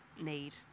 need